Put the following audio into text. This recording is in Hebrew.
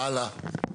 הלאה.